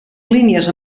línies